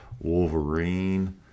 Wolverine